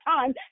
time